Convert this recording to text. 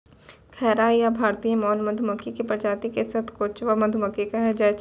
खैरा या भारतीय मौन मधुमक्खी के प्रजाति क सतकोचवा मधुमक्खी कहै छै